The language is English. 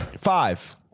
five